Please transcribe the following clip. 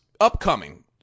upcoming